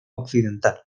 occidental